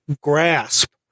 grasp